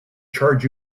charge